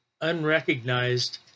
unrecognized